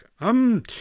um